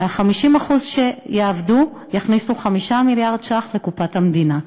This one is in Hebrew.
ה-50% שיעבדו יכניסו 5 מיליארד ש"ח לקופת המדינה,